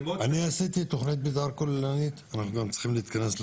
אני עשיתי תכנית מתאר כוללנית בחורפיש.